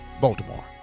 Baltimore